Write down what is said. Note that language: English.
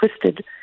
twisted